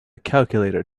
calculator